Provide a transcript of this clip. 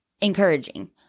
encouraging